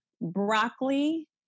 broccoli